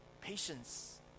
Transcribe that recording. patience